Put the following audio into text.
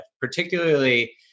particularly